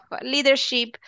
leadership